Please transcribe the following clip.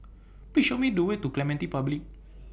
Please Show Me The Way to Clementi Public